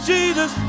Jesus